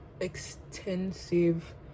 extensive